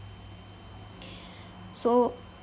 so